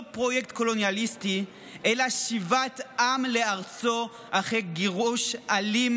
פרויקט קולוניאליסטי אלא שיבת עם לארצו אחרי גירוש אלים,